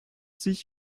sich